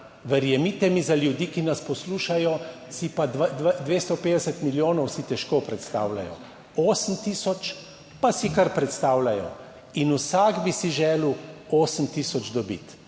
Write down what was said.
verjemite mi, za ljudi, ki nas poslušajo, si pa, 250 milijonov si težko predstavljajo, 8 tisoč pa si kar predstavljajo in vsak bi si želel 8 tisoč dobiti.